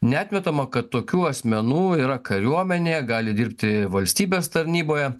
neatmetama kad tokių asmenų yra kariuomenėje gali dirbti valstybės tarnyboje